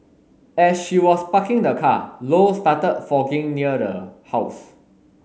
as she was parking the car low started fogging near the house